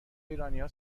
ایرانیها